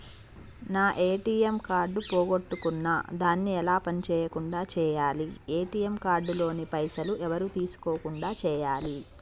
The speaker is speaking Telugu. నా ఏ.టి.ఎమ్ కార్డు పోగొట్టుకున్నా దాన్ని ఎలా పని చేయకుండా చేయాలి ఏ.టి.ఎమ్ కార్డు లోని పైసలు ఎవరు తీసుకోకుండా చేయాలి?